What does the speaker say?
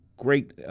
Great